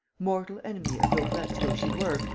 mortal enemy of daubrecq's though she were,